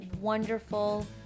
wonderful